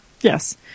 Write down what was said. Yes